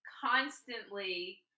constantly